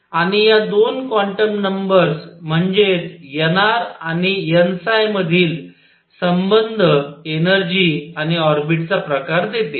आणि या 2 quantum numbers म्हणजेच nr आणि nमधील संबंध एनर्जी आणि ऑर्बिट चा प्रकार देते